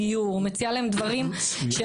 הם